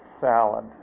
salad